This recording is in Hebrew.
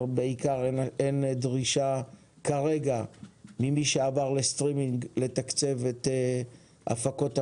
אין דרישה כרגע ממי שעבר לסטרימינג לתקצב את הפקות המקור.